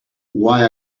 why